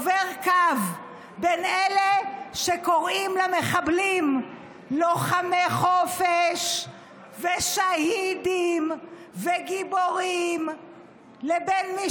עובר קו בין אלה שקוראים למחבלים לוחמי חופש ושהידים וגיבורים לבין מי